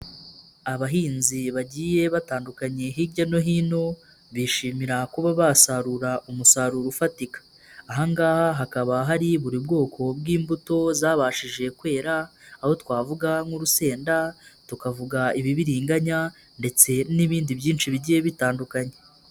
Abahinzi bagiye batandukanye hirya no hino, bishimira kuba basarura umusaruro ufatika, aha ngaha hakaba hari buri ubwoko bw'imbuto zabashije kwera, aho twavuga nk'urusenda, tukavuga ibibiriganya ndetse n'ibindi byinshi bigiye bitandukanye.